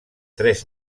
tres